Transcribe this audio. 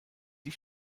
die